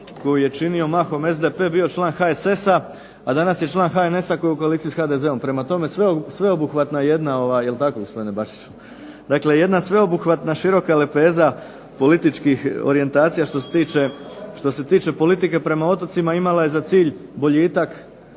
koji je činio mahom SDP bio član HSS-a, a danas je član HNS-a koja je u koaliciji sa HDZ-om. Prema tome, sveobuhvatna jedna, jel tako gospodine Bačiću. Dakle, jedna sveobuhvatna široka lepeza političkih orijentacija što se tiče politike prema otocima, imala je za cilj boljitak